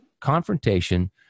confrontation